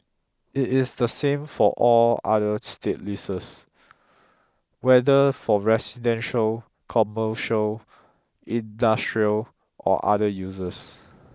it is the same for all other state leases whether for residential commercial industrial or other uses